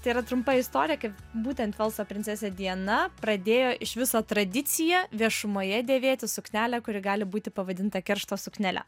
tai yra trumpa istorija kaip būtent velso princesė diana pradėjo iš viso tradiciją viešumoje dėvėti suknelę kuri gali būti pavadinta keršto suknele